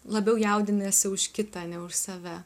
labiau jaudiniesi už kitą ne už save